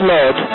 Lord